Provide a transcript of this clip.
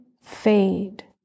fade